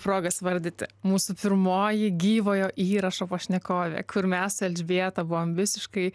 progas vardyti mūsų pirmoji gyvojo įrašo pašnekovė kur mes su elžbieta buvome visiškai